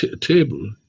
table